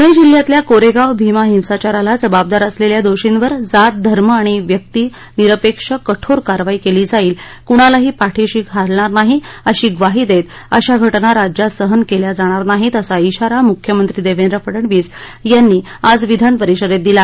पुणे जिल्ह्यातल्या कोरेगाव भीमा हिंसाचाराला जबाबदार असलेल्या दोषींवर जात धर्म आणि व्यक्तीनिरपेक्ष कठोर कारवाई केली जाईल कुणालाही पाठीशी घालणार नाही अशी ग्वाही देत अशा घटना राज्यात सहन केल्या जाणार नाहीत असा शारा मुख्यमंत्री देवेंद्र फडनवीस यांनी आज विधानपरिषदेत दिला